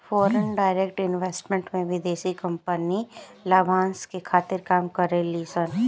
foreign direct investment में विदेशी company लाभांस के खातिर काम करे ली सन